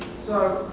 so,